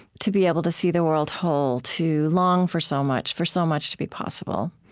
to be able to see the world whole, to long for so much, for so much to be possible.